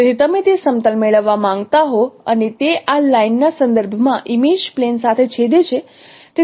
તેથી તમે તે સમતલ મેળવવા માંગતા હો અને તે આ લાઇનના સંદર્ભમાં ઇમેજ પ્લેન સાથે છેદે છે